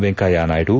Venkaiah Naidu